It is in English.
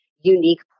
unique